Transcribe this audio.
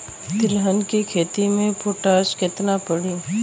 तिलहन के खेती मे पोटास कितना पड़ी?